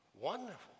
wonderful